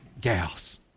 gals